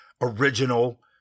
original